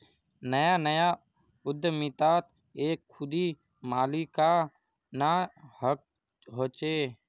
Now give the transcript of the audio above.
नया नया उद्दमितात एक खुदी मालिकाना हक़ होचे